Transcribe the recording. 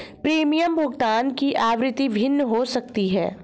premium भुगतान की आवृत्ति भिन्न हो सकती है